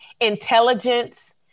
intelligence